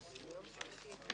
הישיבה ננעלה בשעה 13:02.